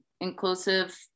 inclusive